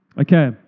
Okay